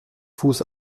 fuß